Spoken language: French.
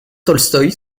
tolstoï